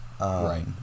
Right